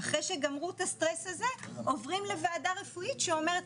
אחרי שגמרו את הסטרס הזה עוברים לוועדה רפואית שאומרת